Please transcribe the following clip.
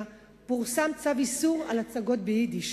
פורסם צו איסור על הצגות ביידיש.